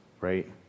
right